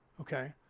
okay